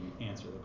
answer